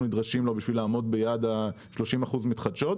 נדרשים לו בשביל לעמוד ביעד ה-30% מתחדשות,